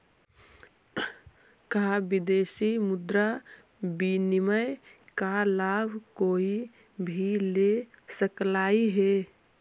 का विदेशी मुद्रा विनिमय का लाभ कोई भी ले सकलई हे?